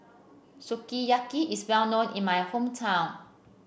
sukiyaki is well known in my hometown